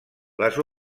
les